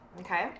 okay